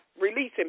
releasing